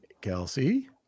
Kelsey